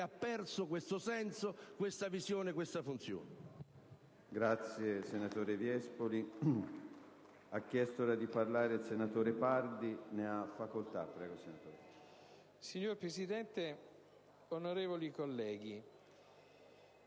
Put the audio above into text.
ha perso questo senso, questa visione e questa funzione.